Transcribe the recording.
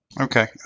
Okay